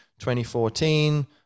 2014